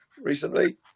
recently